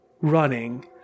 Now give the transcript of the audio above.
running